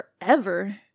forever